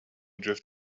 drift